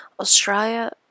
Australia